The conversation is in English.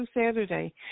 Saturday